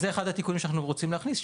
אז זה אחד התיקים שאנחנו רוצים להכניס,